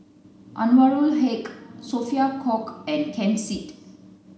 Anwarul Haque Sophia Cooke and Ken Seet